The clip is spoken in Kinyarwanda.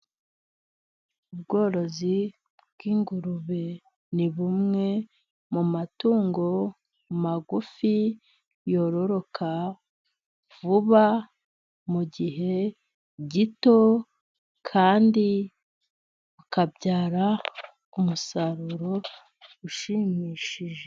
Ubworozi bw'ingurube, ni bumwe mu matungo magufi yororoka vuba mu gihe gito, kandi bukabyara umusaruro ushimishije.